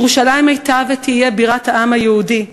ירושלים הייתה ותהיה בירת העם היהודי.